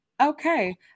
Okay